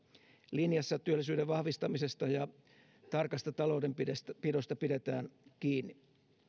linjassa työllisyyden vahvistamisesta ja tarkasta taloudenpidosta pidetään kiinni